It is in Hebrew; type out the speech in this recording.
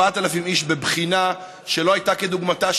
4,000 איש בבחינה שלא הייתה כדוגמתה,